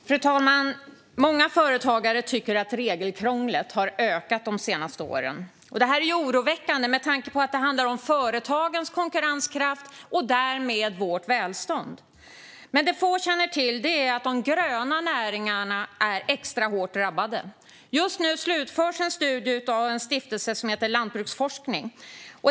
Fru talman! Många företagare tycker att regelkrånglet har ökat de senaste åren. Det här är oroväckande med tanke på att det handlar om företagens konkurrenskraft och därmed vårt välstånd. Det få känner till är att de gröna näringarna är extra hårt drabbade. Just nu slutförs en studie av en stiftelse som heter Lantbruksforskning.